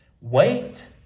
wait